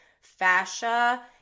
fascia